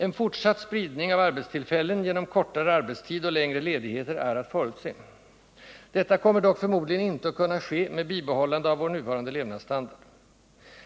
En fortsatt spridning av arbetstillfällen genom kortare arbetstid och längre ledigheter är att förutse. Detta kommer dock förmodligen inte att kunna ske med bibehållande av vår nuvarande levnadsstandard.